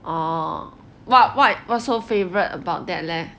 orh what what what's so favourite about that leh